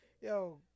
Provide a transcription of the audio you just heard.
yo